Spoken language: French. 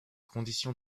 conditions